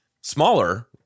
Smaller